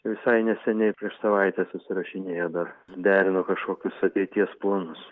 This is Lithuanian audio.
visai neseniai prieš savaitę susirašinėjo dar derino kažkokius ateities planus